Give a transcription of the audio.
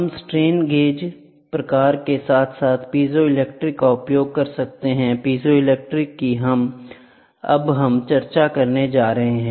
हम strain gauge प्रकार के साथ साथ पीजो इलेक्ट्रिक का उपयोग कर सकते हैं पीजो इलेक्ट्रिक की अब हम चर्चा करने जा रहे हैं